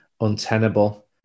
untenable